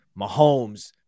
Mahomes